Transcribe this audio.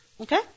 Okay